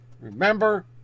Remember